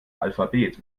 alphabet